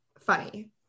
funny